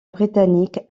britannique